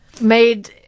made